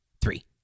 three